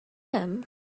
him